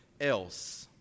else